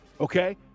Okay